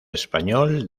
español